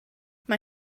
mae